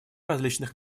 различных